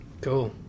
cool